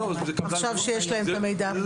עכשיו שיש להן את המידע.